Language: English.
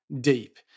deep